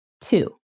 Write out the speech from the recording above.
two